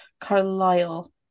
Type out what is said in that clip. Carlisle